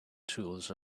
tools